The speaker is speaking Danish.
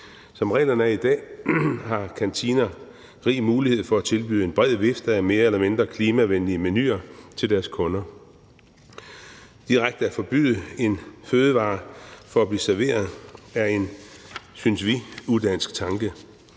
Som reglerne er i dag, har kantiner rig mulighed for at tilbyde en bred vifte af mere eller mindre klimavenlige menuer til deres kunder. Direkte at forbyde, at en fødevare bliver serveret, er en, synes vi, udansk tanke.